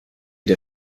der